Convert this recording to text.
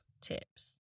tips